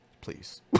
please